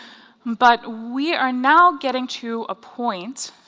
but we are now getting to a point